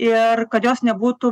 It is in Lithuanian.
ir kad jos nebūtų